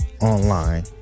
online